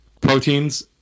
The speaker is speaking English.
Proteins